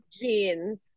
jeans